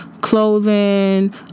clothing